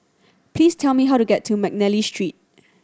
please tell me how to get to McNally Street